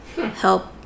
Help